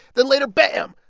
then later bam,